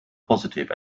positive